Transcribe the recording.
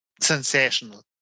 sensational